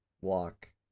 walk